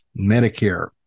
Medicare